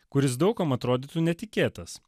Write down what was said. kuris daug kam atrodytų netikėtas